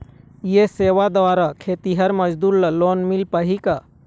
ये सेवा द्वारा खेतीहर मजदूर ला लोन मिल पाही का?